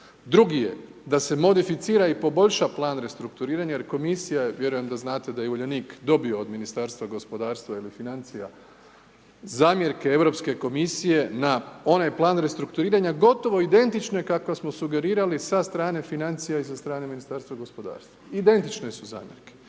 Drugi je da se modificira i poboljša plan restrukturiranja jer komisija je, vjerujem da znate da je Uljanik dobio od Ministarstva gospodarstva zamjerke Europske komisije na onaj plan restrukturiranja gotovo identično kakve smo sugerirali sa strane financija i sa strane Ministarstva gospodarstva, identične su zamjerke.